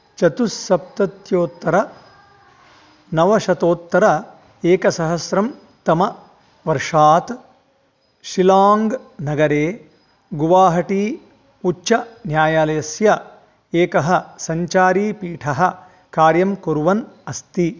चतुस्सप्तत्योतर नवशतोत्तर एकसहस्रं तमवर्षात् शिलांग् नगरे गुवाहटी उच्चन्यायालयस्य एकः सञ्चारीपीठः कार्यं कुर्वन् अस्ति